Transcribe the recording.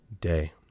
day